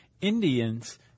Indians